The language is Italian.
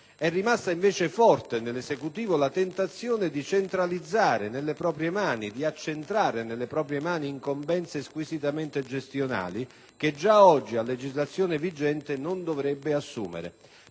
È rimasta invece forte nell'Esecutivo la tentazione di accentrare nelle proprie mani incombenze squisitamente gestionali che già oggi, a legislazione vigente, non dovrebbe assumere.